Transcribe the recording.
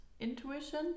intuition